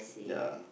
ya